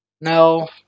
No